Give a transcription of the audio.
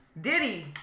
Diddy